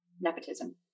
Nepotism